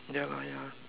ya lah ya